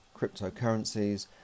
cryptocurrencies